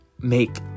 make